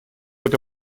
это